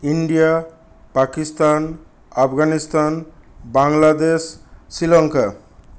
India Pakistan Afghanistan Bangladesh Sri Lanka